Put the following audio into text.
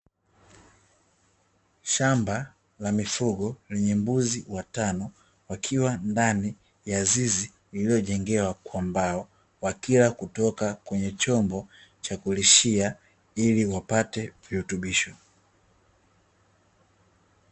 Shamba la mifugo lenye mbuzi watano wakiwa ndani ya zizi lililojengewa kwa mbao, wakila kitoka kwenye chombo cha kulishia ili wapate virutubisho.